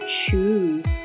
choose